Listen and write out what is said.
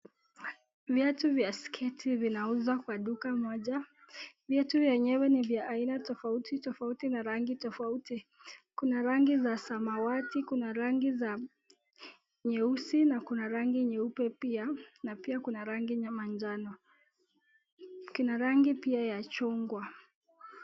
Viatu vya sketi vinauzwa kwa duka moja, viatu vyenyewe ni vya aina tofauti tofauti na rangi tofauti, kuna rangi za samawati, kuna rangi za nyeusi na kuna rangi nyeupe pia na pia kuna rangi ya manjano, kuna rangi pia ya chungwa.